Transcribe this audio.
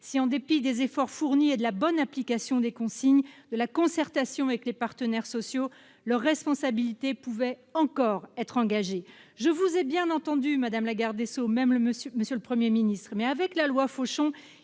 si, en dépit des efforts fournis, de la bonne application des consignes et de la concertation avec les partenaires sociaux, leur responsabilité pouvait encore être engagée. Je vous ai bien entendus, madame la garde des sceaux, monsieur le Premier ministre, mais, avec la loi Fauchon,